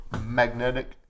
magnetic